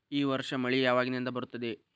ಈ ವರ್ಷ ಮಳಿ ಯಾವಾಗಿನಿಂದ ಬರುತ್ತದೆ?